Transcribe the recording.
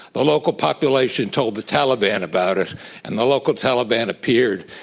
the local population told the taliban about it and the local taliban appeared,